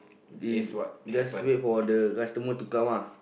we just wait for the customer to come ah